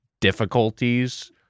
difficulties